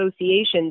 associations